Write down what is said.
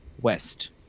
west